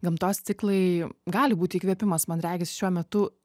gamtos ciklai gali būti įkvėpimas man regis šiuo metu